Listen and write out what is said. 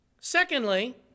Secondly